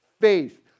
faith